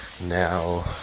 now